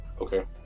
Okay